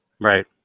Right